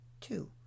Two